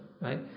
right